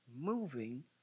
moving